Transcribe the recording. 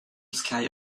sky